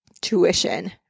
tuition